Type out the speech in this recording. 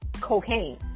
cocaine